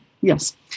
Yes